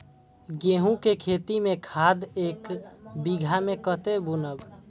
गेंहू के खेती में खाद ऐक बीघा में कते बुनब?